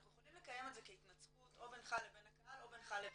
אנחנו יכולים לקיים את זה כהתנצחות או בינך לבין הקהל או בינך לביני.